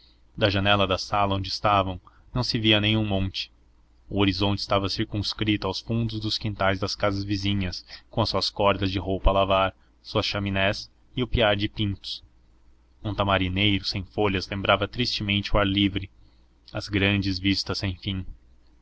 da janela da sala onde estavam não se via nem um monte o horizonte estava circunscrito aos fundos dos quintais das casas vizinhas com as suas cordas de roupa a lavar suas chaminés e o piar de pintos um tamarineiro sem folhas lembrava tristemente o ar livre as grandes vistas